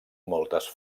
moltes